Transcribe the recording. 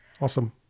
awesome